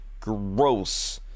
Gross